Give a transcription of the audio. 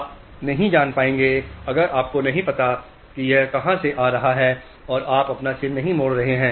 आप नहीं जान पाएंगे अगर आपको नहीं पता कि यह कहां से आ रहा है तो आप अपना सिर नहीं मोड़ रहे हैं